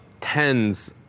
tens